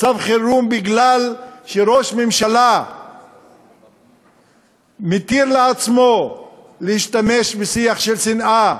מצב חירום בגלל שראש ממשלה מתיר לעצמו להשתמש בשיח של שנאה,